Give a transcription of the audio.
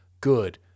good